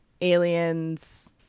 aliens